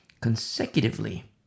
consecutively